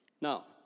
Now